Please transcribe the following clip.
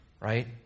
right